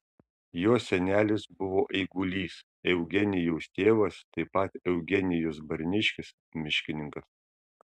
jo senelis buvo eigulys eugenijaus tėvas taip pat eugenijus barniškis miškininkas